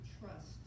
trust